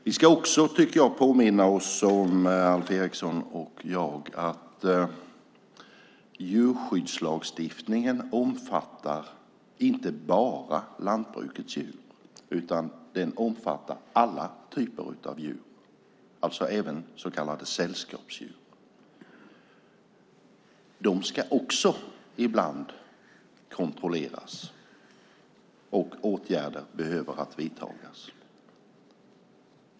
Vi ska också påminna oss, Alf Eriksson och jag, om att djurskyddslagstiftningen omfattar inte bara lantbrukets djur utan alla typer av djur, alltså även så kallade sällskapsdjur. De ska också kontrolleras ibland och åtgärder kan behöva vidtas.